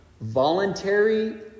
voluntary